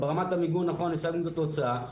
ברמת המיגון נכון השגנו את התוצאה,